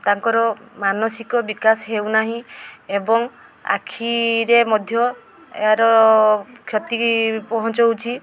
ତାଙ୍କର ମାନସିକ ବିକାଶ ହେଉନାହିଁ ଏବଂ ଆଖିରେ ମଧ୍ୟ ଏହାର କ୍ଷତି ପହଞ୍ଚାଉଛି